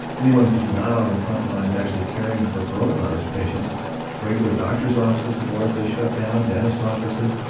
anyone who's not on the frontlines actually caring for coronavirus patients regular doctor's offices have largely shut down, dentist offices.